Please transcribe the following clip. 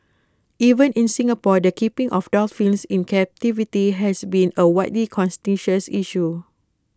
even in Singapore the keeping of dolphins in captivity has been A widely contentious issue